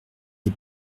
les